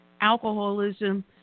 Alcoholism